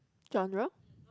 genre